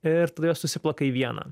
ir tada jos susiplaka į vieną